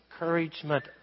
encouragement